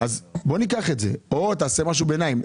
אז בוא ניקח את זה או תעשה משהו ביניים,